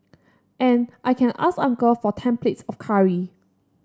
and I can ask uncle for ten plates of curry